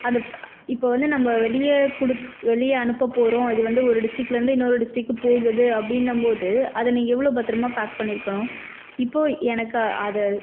அந்த இப்போது வந்து நம்ம வெளியே குடுத் வெளியே அனுப்பப் போகிறோம் இது வந்து ஒரு டிஸ்ட்ரிக்ட்டிலேருந்து இன்னொரு டிஸ்ட்ரிக்ட்டுக்கு போகுது அப்படின்னம்போது அதை நீங்கள் எவ்வளோ பத்திரமா பேக் பண்ணியிருக்கணும் இப்போது எனக்கு அதை